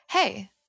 Hey